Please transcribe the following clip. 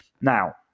Now